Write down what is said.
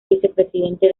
vicepresidente